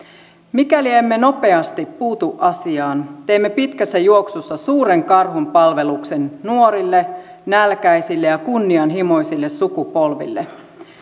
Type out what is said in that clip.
mikäli emme nopeasti puutu asiaan teemme pitkässä juoksussa suuren karhunpalveluksen nuorille nälkäisille ja kunnianhimoisille sukupolville